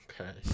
Okay